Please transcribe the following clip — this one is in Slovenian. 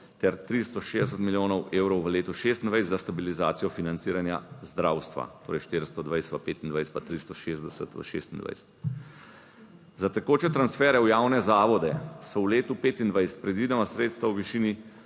ter 360 milijonov evrov v letu 2026 za stabilizacijo financiranja zdravstva. Torej, 420 2025 pa 360 v 2026. Za tekoče transfere v javne zavode so v letu 2025 predvidena sredstva v višini